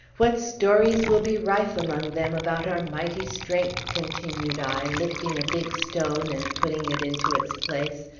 what stories will be rife among them about our mighty strength! continued i, lifting a big stone and putting it into its place,